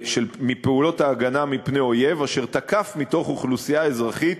מפעולות ההגנה מפני אויב אשר תקף מתוך אוכלוסייה אזרחית